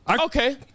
Okay